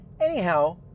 Anyhow